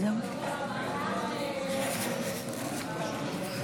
אין מתנגדים, אין נמנעים.